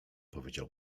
powiedział